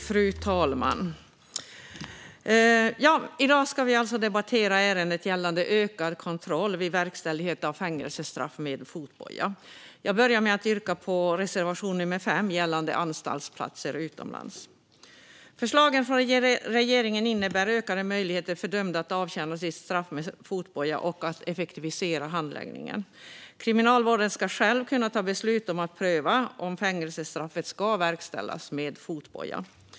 Fru talman! I dag ska vi debattera ärendet gällande ökad kontroll vid verkställighet av fängelsestraff med fotboja. Jag börjar med att yrka bifall till reservation nummer 5 gällande anstaltsplatser utomlands. Förslagen från regeringen innebär ökade möjligheter för dömda att avtjäna sitt straff med fotboja och att effektivisera handläggningen. Kriminalvården ska själv kunna ta beslut om att pröva om ett fängelsestraff ska verkställas med fotboja.